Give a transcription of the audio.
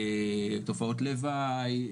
תופעות לוואי,